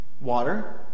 Water